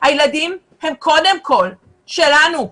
שהילדים הם קודם כול שלנו.